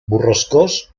borrascós